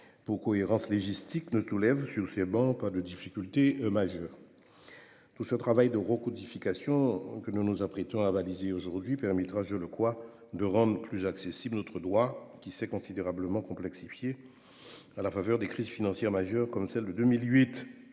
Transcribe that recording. de cohérence légistique, ne posent pas de difficultés majeures. Tout ce travail de codification, que nous nous apprêtons à avaliser aujourd'hui, permettra, à mon sens, de rendre plus accessible notre droit, qui s'est considérablement complexifié, sous l'effet des crises financières majeures, telles que celle de 2008.